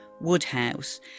Woodhouse